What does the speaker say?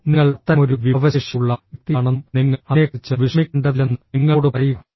ഓ നിങ്ങൾ അത്തരമൊരു വിഭവശേഷിയുള്ള വ്യക്തിയാണെന്നും നിങ്ങൾ അതിനെക്കുറിച്ച് വിഷമിക്കേണ്ടതില്ലെന്നും നിങ്ങളോട് പറയുക